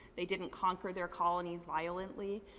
they didn't conquer their colonies violently.